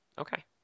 Okay